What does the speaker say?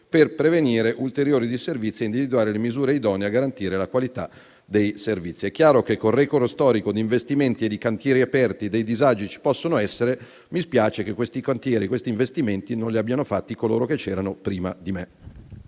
per prevenire ulteriori disservizi e individuare le misure idonee a garantire la qualità dei servizi. È chiaro che con il *record* storico di investimenti e di cantieri aperti dei disagi ci possono essere. Mi spiace che questi cantieri e questi investimenti non li abbiano fatti coloro che c'erano prima di me.